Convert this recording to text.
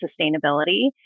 sustainability